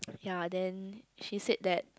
ya then she said that